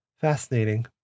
Fascinating